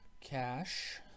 cash